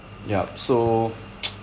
yup so